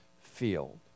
field